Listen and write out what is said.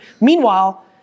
Meanwhile